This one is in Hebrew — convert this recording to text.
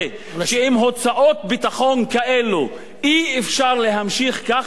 שעם הוצאות ביטחון כאלה אי-אפשר להמשיך ככה,